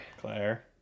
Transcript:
Claire